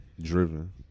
driven